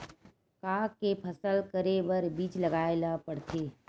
का के फसल करे बर बीज लगाए ला पड़थे?